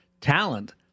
talent